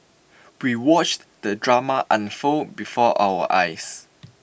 we watched the drama unfold before our eyes